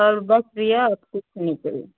और बस भैया और कुछ नहीं चाहिए